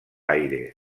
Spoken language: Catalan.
aires